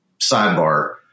sidebar